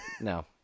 No